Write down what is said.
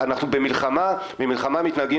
ואני חייבת פה